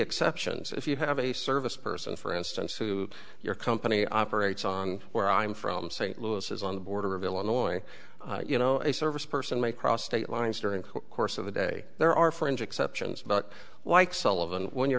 exceptions if you have a service person for instance who your company operates on where i'm from st louis is on the border of illinois you know a service person may cross state lines during the course of the day there are fringe exceptions but like sullivan when you're